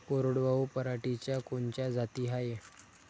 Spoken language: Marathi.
कोरडवाहू पराटीच्या कोनच्या जाती हाये?